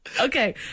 Okay